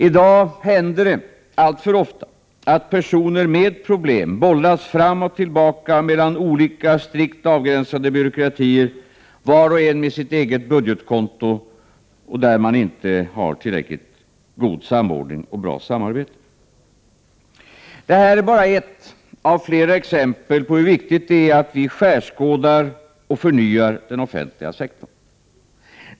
I dag händer det alltför ofta att personer med problem bollas fram och tillbaka mellan olika, strikt avgränsade byråkratier, var och en med sitt eget budgetkonto och där man inte har tillräckligt god samordning och bra samarbete. Det här är ett av flera exempel på hur viktigt det är att vi skärskådar och förnyar den offentliga sektorn.